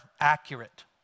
accurate